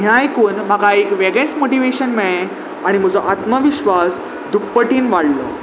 हें आयकून म्हाका एक वेगळेच मोटिवेशन मेळ्ळें आनी म्हजो आत्मविश्वास दुप्पटीन वाडलो